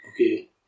Okay